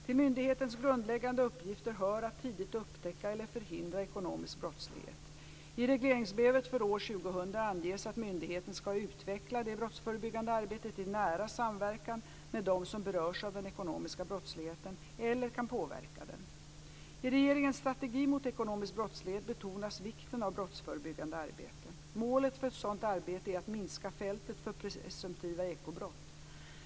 Till myndighetens grundläggande uppgifter hör att tidigt upptäcka eller förhindra ekonomisk brottslighet. I regleringsbrevet för år 2000 anges att myndigheten ska utveckla det brottsförebyggande arbetet i nära samverkan med dem som berörs av den ekonomiska brottsligheten eller kan påverka den. I regeringens strategi mot ekonomisk brottslighet betonas vikten av brottsförebyggande arbete. Målet för ett sådant arbete är att minska fältet för presumtiva ekobrott.